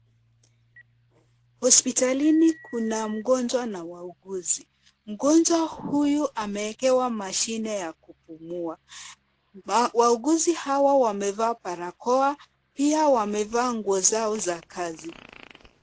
Hospitalini kuna mgonjwa na wauguzi. Mgonjwa huyu ameekewa mashine ya kupumua. Wauguzi hawa wamevaa barakoa, pia wamevaa nguo zao za kazi.